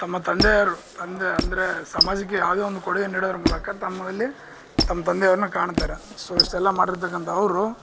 ತಮ್ಮ ತಂದೆಯವ್ರ ತಂದೆ ಅಂದರೆ ಸಮಾಜಕ್ಕೆ ಯಾವುದೇ ಒಂದು ಕೊಡುಗೆ ನೀಡೋದ್ರ ಮೂಲಕ ತಮ್ಮಲ್ಲಿ ತಮ್ಮ ತಂದೆಯವ್ರನ್ನ ಕಾಣ್ತಾರೆ ಸೋ ಇಷ್ಟೆಲ್ಲಾ ಮಾಡಿರ್ತಕ್ಕಂಥ ಅವರು